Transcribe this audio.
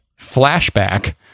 flashback